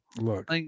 Look